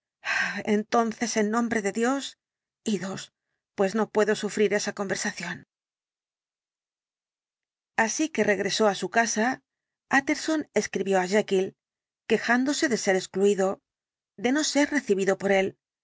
entonces en nombre de dios idos pues no puedo sufrir esa conversación así que regresó á su casa utterson escribió á jekyll quejándose de ser excluido de no ser recibido por él